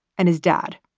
and his dad,